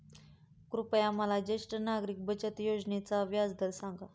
कृपया मला ज्येष्ठ नागरिक बचत योजनेचा व्याजदर सांगा